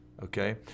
okay